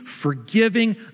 forgiving